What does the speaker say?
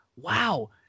wow